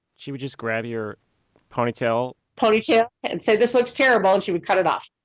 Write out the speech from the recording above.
she would just grab your ponytail? ponytail and say this looks terrible and she would cut it off.